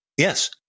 Yes